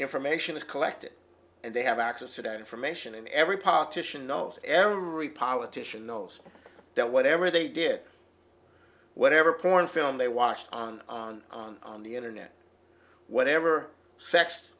information is collected and they have access it out information and every politician knows every politician knows that whatever they did whatever porn film they watched on on the internet whatever sex